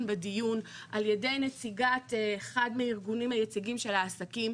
בדיון על ידי נציגת אחד מהארגונים היציגים של העסקים,